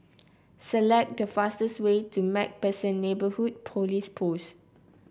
select the fastest way to MacPherson Neighbourhood Police Post